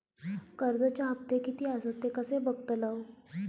कर्जच्या हप्ते किती आसत ते कसे बगतलव?